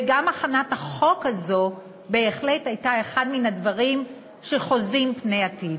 וגם הכנת החוק הזה בהחלט הייתה אחד מן הדברים שחוזים פני עתיד.